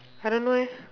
I don't know eh